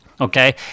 Okay